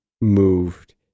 moved